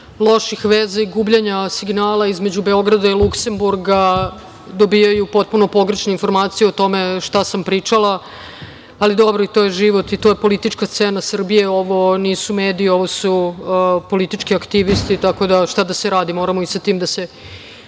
loših veza i gubljenja signala između Beograda i Luksemburga dobijaju potpunu pogrešne informacije o tome šta sam pričala, ali dobro, i to je život i to je politička scena Srbije. Ovo nisu mediji, ovo su politički aktivisti, šta da se radi, moramo protiv toga da se